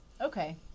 Okay